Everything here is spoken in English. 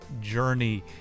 journey